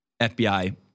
FBI